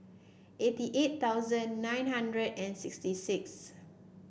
eighty eight thousand nine hundred and sixty six